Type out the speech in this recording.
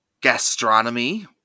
gastronomy